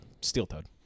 steel-toed